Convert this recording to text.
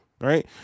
Right